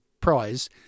prize